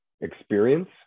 experience